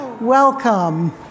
Welcome